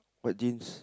what jeans